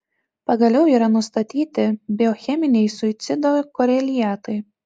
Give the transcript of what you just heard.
pagaliau yra nustatyti biocheminiai suicido koreliatai